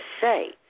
say